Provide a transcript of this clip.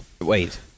Wait